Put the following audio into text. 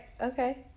Okay